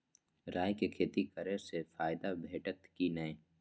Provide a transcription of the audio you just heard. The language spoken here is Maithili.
राय के खेती करे स फायदा भेटत की नै?